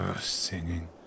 Singing